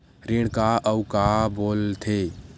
ऋण का अउ का बोल थे?